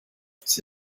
dass